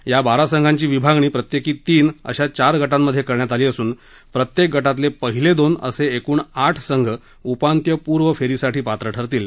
या बारा संघाची विभागणी प्रत्येकी तीन अशा चार गटात करण्यात आली असून प्रत्येक गटातले पहिले दोन असे एकूण आठ संघ उपांत्यपूर्व फेरीसाठी पात्र ठरतील